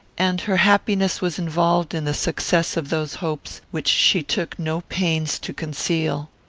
and her happiness was involved in the success of those hopes which she took no pains to conceal.